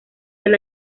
del